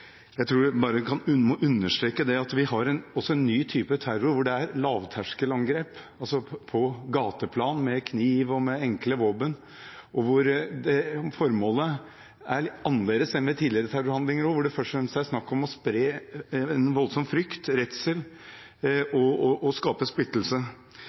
Jeg tror vi må understreke at vi også har en ny type terror med lavterskelangrep – på gateplan med kniv og enkle våpen – hvor formålet er annerledes enn ved tidligere terrorhandlinger, og hvor det først og fremst er snakk om å spre en voldsom frykt, redsel og å skape splittelse.